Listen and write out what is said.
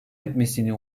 etmesini